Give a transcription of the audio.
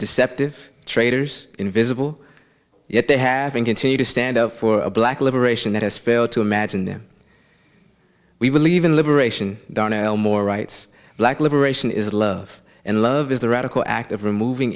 deceptive traitors invisible yet they have been continue to stand up for a black liberation that has failed to imagine them we believe in liberation dannielle more rights black liberation is love and love is the radical act of removing